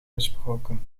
gesproken